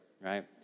right